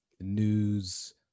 news